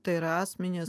tai yra asmenys